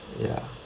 ya